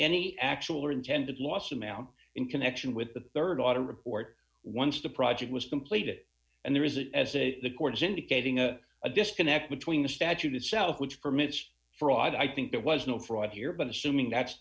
any actual or intended lawsuit now in connection with the rd ought to report once the project was completed and there is it as a the court is indicating a a disconnect between the statute itself which permits fraud i think there was no fraud here but assuming that's